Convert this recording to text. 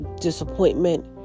disappointment